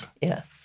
yes